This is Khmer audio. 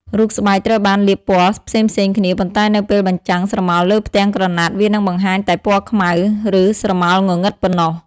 រូបស្បែកត្រូវបានលាបពណ៌ផ្សេងៗគ្នា ប៉ុន្តែនៅពេលបញ្ចាំងស្រមោលលើផ្ទាំងក្រណាត់ វានឹងបង្ហាញតែពណ៌ខ្មៅ ឬស្រមោលងងឹតប៉ុណ្ណោះ ។